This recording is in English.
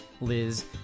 Liz